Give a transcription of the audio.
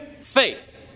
faith